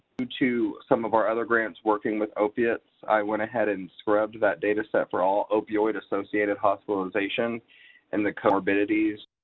due to some of our other grants working with opiates, i went ahead and scrubbed that dataset for all opioid-associated hospitalizations and the comorbidities